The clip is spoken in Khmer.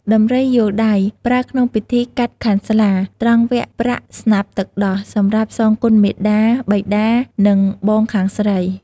ដំរីយោលដៃ ប្រើក្នុងពិធីកាត់ខាន់ស្លា ត្រង់វគ្គប្រាក់ស្នាប់ទឹកដោះ សម្រាប់សងគុណមាតា បិតា និងបងខាងស្រី។